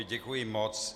Děkuji moc.